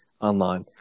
online